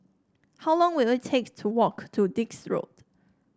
how long will it take to walk to Dix Road